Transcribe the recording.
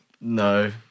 no